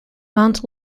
mount